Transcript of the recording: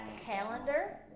calendar